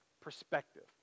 perspective